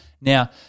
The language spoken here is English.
Now